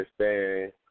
understand